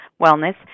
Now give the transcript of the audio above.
wellness